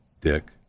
Dick